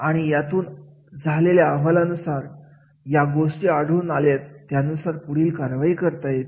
आणि यातून आलेल्या अहवालानुसार या गोष्टी आढळून आलेत त्यानुसार पुढील कारवाई करता येते